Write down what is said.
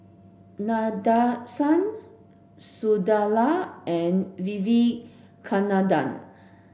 Nadesan Sunderlal and Vivekananda